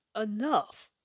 enough